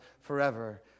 forever